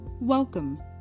Welcome